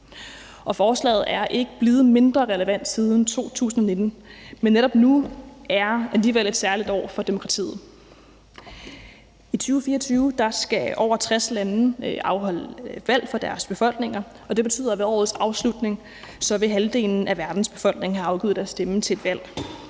og forslaget er ikke blevet mindre relevant siden 2019. Men netop i år er alligevel et særligt år for demokratiet – i 2024 skal over 60 lande afholde valg for deres befolkninger, og det betyder, at ved årets afslutning vil halvdelen af verdens befolkning have afgivet deres stemme til et valg.